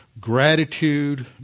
gratitude